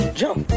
jump